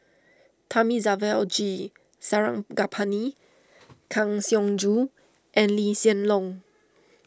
Thamizhavel G Sarangapani Kang Siong Joo and Lee Hsien Loong